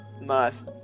Nice